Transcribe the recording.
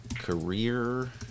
Career